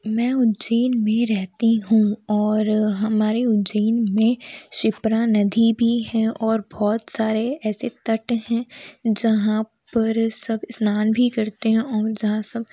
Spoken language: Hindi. मैं उज्जैन में रहती हूँ और हमारे उज्जैन में शिप्रा नदी भी है और बहुत सारे ऐसे तट हैं जहाँ पर सब स्नान भी करते हैं और जहाँ सब